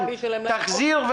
תחזיר?